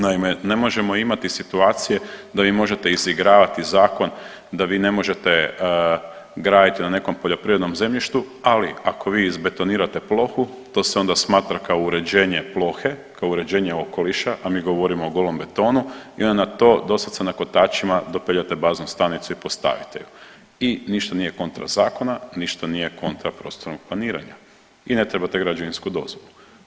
Naime, ne možemo imati situacije da vi možete izigravati zakon da vi ne možete graditi na nekom poljoprivrednom zemljištu, ali ako vi izbetonirate plohu to se onda smatra kao uređenje plohe, kao uređenje okoliša, a mi govorimo o golom betonu i onda na to doslovce na kotačima dopeljate baznu stanicu i postavite ju i ništa nije kontra zakona, ništa nije kontra prostornog planiranja i ne trebate građevinsku dozvolu.